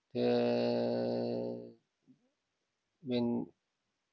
uh when